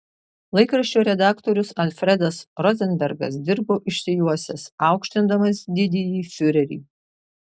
laikraščio redaktorius alfredas rozenbergas dirbo išsijuosęs aukštindamas didįjį fiurerį